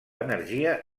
energia